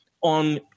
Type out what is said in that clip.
on